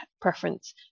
preference